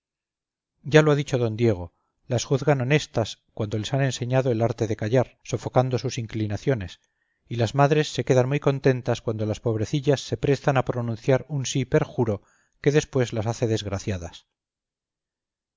ya lo ha dicho d diego las juzgan honestas cuando les han enseñado el arte de callar sofocando sus inclinaciones y las madres se quedan muy contentas cuando las pobrecillas se prestan a pronunciar un sí perjuro que después las hace desgraciadas